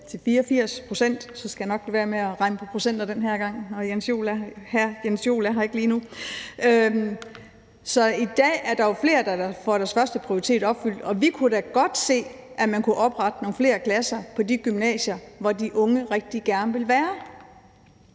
til 84 pct. Nu skal jeg nok lade være med at regne på procenter den her gang – nå, hr. Jens Joel er her ikke lige nu. Så i dag er der jo flere, der i hvert fald får deres førsteprioritet opfyldt, og vi kunne da godt se for os, at man kunne oprette nogle flere klasser på de gymnasier, hvor de unge rigtig gerne vil være,